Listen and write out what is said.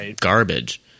garbage